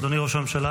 אדוני ראש הממשלה,